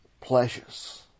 pleasures